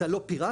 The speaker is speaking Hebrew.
אתה לא פיראט,